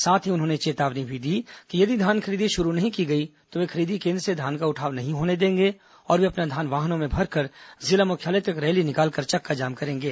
साथ ही उन्होंने चेतावनी भी दी कि यदि धान खरीदी शुरू नहीं की गई तो वे खरीदी केंद्र से धान का उठाव नहीं होने देंगे और वे अपना धान वाहनों में भरकर जिला मुख्यालय तक रैली निकालकर चक्काजाम करेंगे